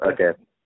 okay